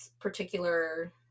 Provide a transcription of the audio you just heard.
particular